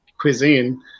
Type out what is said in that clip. cuisine